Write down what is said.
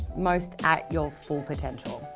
most at your full potential?